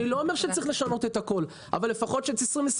אני לא אומר שצריך לשנות את הכול אבל לפחות ב-2022.